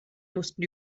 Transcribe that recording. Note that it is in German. mussten